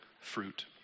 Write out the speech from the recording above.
fruit